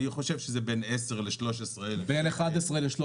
אני חושב שזה בין 11,000 ל-13,000 שקל לברוטו,